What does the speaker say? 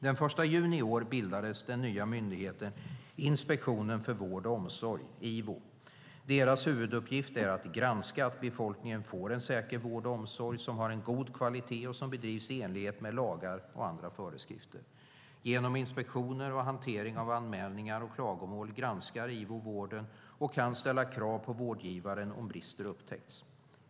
Den 1 juni i år bildades den nya myndigheten Inspektionen för vård och omsorg . Deras huvuduppgift är att granska att befolkningen får en säker vård och omsorg som har en god kvalitet och som bedrivs i enlighet med lagar och andra föreskrifter. Genom inspektioner och hantering av anmälningar och klagomål granskar IVO vården och kan ställa krav på vårdgivaren om brister upptäcks.